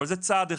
אבל זה צעד אחד.